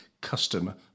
customer